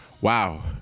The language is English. Wow